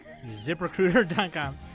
Ziprecruiter.com